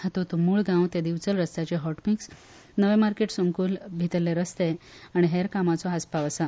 हातूंत मुळगांव ते दिवचल रस्त्याचें हॉटमिक्स नवे मार्केट संकुला भितरले रस्ते आनी हेर कामांचो आसपाव आसा